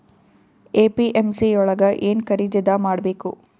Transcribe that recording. APMC ಯೊಳಗ ಏನ್ ಖರೀದಿದ ಮಾಡ್ಬೇಕು?